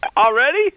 Already